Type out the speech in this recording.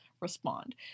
respond